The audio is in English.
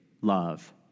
love